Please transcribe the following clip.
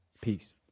Peace